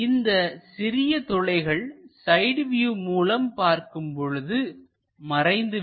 இந்த சிறிய துளைகள் சைடு வியூ மூலம் பார்க்கும் பொழுது மறைந்து விடும்